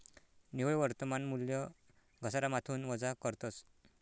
निव्वय वर्तमान मूल्य घसारामाथून वजा करतस